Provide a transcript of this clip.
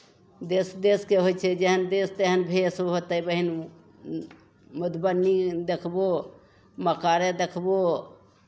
देश देशके होइ छै जेहन देश तेहन भेष होतै बहीन मधुबनी देखबौ मक्कारे देखबौ